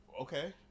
Okay